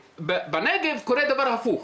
בנגב קורה דבר הפוך.